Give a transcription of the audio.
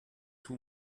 too